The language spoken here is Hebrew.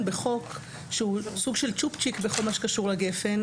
בחוק שהוא סוג של "צ'ופצ'יק" בכל מה שקשור לגפ"ן,